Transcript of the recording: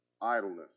idleness